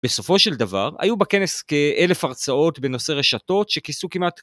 בסופו של דבר היו בכנס כאלף הרצאות בנושא רשתות שכיסו כמעט